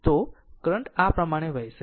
તો કરંટ આ પ્રમાણે વહેશે